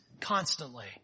constantly